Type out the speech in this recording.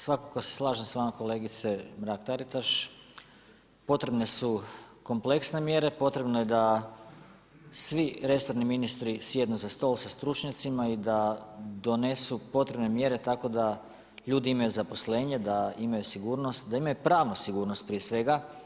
Svakako se slažem sa vama kolegice Mrak Taritaš, potrebne su kompleksne mjere, potrebno je da svi resorni ministri sjednu za stol sa stručnjacima i da donesu potrebne mjere tako da ljudi imaju zaposlenje, da imaju sigurnost, da imaju pravnu sigurnost prije svega.